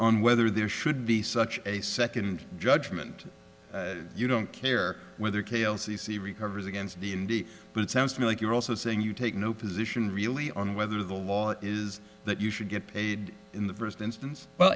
on whether there should be such a second judgment you don't care whether k l c c recovers against the indy but it sounds to me like you're also saying you take no position really on whether the law is that you should get paid in the first instance but